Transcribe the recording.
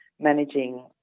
managing